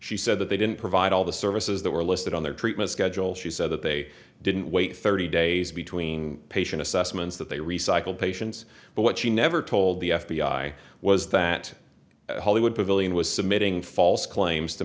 she said that they didn't provide all the services that were listed on their treatment schedule she said that they didn't wait thirty days between patient assessments that they recycle patients but what she never told the f b i was that hollywood